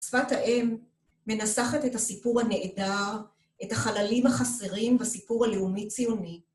שפת האם מנסחת את הסיפור הנעדר, את החללים החסרים והסיפור הלאומי ציוני.